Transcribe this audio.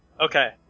okay